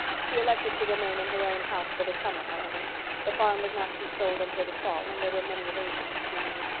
she elected to remain in her own house for the summer, however the farm was not to be sold until the fall and there were many arrangements to be made.